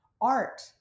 art